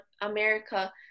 America